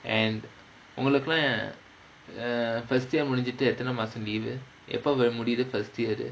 and உங்களுக்கெல்லா:ungalukkella err first year முடிஞ்சிட்டு எத்தன மாசம்:mudinjittu ethana maasam leave எப்ப முடியிது:eppa mudiyithu first year